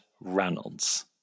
reynolds